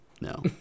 No